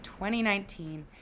2019